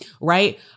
right